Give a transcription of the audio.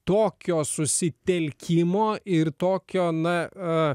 tokio susitelkimo ir tokio na